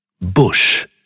Bush